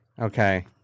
Okay